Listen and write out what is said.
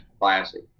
Classic